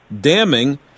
damning